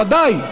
ודאי.